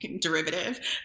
derivative